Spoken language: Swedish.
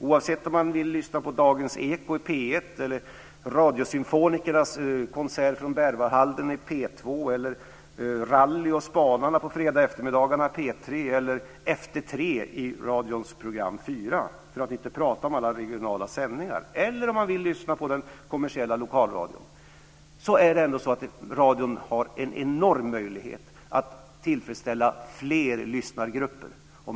Oavsett om man vill lyssna på Dagens Eko i P1, radiosymfonikernas konsert från Berwaldhallen i P2, Rally och Spanarna på fredagseftermiddagarna i P3 eller Efter tre i radions program 4, för att inte prata om alla regionala sändningar, eller om man vill lyssna på den kommersiella lokalradion, har radion en enorm möjlighet att tillfredsställa fler lyssnargrupper.